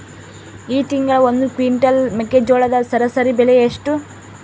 ಈ ತಿಂಗಳ ಒಂದು ಕ್ವಿಂಟಾಲ್ ಮೆಕ್ಕೆಜೋಳದ ಸರಾಸರಿ ಬೆಲೆ ಎಷ್ಟು?